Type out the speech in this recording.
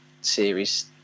series